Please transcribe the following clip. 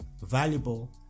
valuable